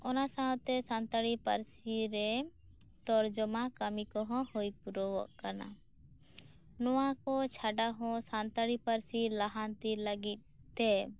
ᱚᱱᱟ ᱥᱟᱶᱛᱮ ᱥᱟᱱᱛᱟᱲᱤ ᱯᱟᱹᱨᱥᱤ ᱨᱮ ᱛᱚᱨᱡᱚᱢᱟ ᱠᱟᱹᱢᱤ ᱠᱚᱦᱚᱸ ᱦᱩᱭ ᱯᱩᱨᱟᱹᱣᱚᱜ ᱠᱟᱱᱟ ᱱᱚᱣᱟ ᱠᱚ ᱪᱷᱟᱰᱟ ᱦᱚᱸ ᱥᱟᱱᱛᱟᱲᱤ ᱯᱟᱹᱨᱥᱤ ᱞᱟᱦᱟᱱᱛᱤ ᱞᱟᱹᱜᱤᱫ ᱛᱮ